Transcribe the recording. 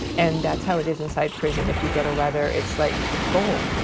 and that's how it is inside prison if you get a letter it's like gold.